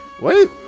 Wait